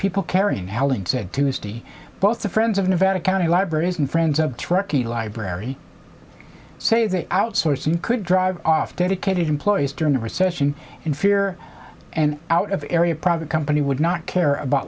people carrying helen said tuesday both the friends of nevada county libraries and friends of truckee library say that outsourcing could drive off dedicated employees during the recession in fear and out of area private company would not care about